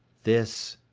this,